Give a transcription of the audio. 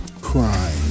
crime